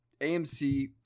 AMC